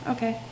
Okay